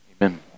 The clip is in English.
amen